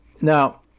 now